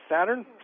Saturn